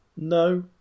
No